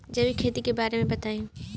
जैविक खेती के बारे में बताइ